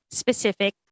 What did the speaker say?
specific